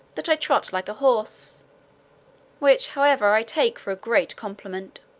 that i trot like a horse which, however, i take for a great compliment.